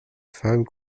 femme